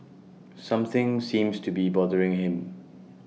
something seems to be bothering him